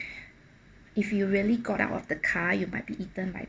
if you really got out of the car you might be eaten by